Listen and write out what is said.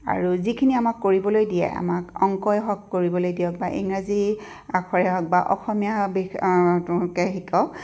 আৰু যিখিনি আমাক কৰিবলৈ দিয়ে আমাক অংকই হওক কৰিবলৈ দিয়ক ইংৰাজী আখৰে হওক বা অসমীয়া বিষয় টোকে শিকক